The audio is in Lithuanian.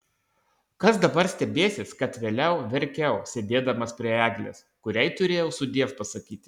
kas dabar stebėsis kad vėliau verkiau sėdėdamas prie eglės kuriai turėjau sudiev pasakyti